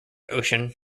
ocean